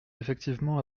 effectivement